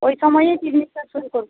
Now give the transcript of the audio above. ওই সময়েই পিকনিকটা শুরু করবো